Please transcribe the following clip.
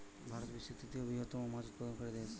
ভারত বিশ্বের তৃতীয় বৃহত্তম মাছ উৎপাদনকারী দেশ